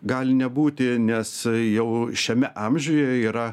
gali nebūti nes jau šiame amžiuje yra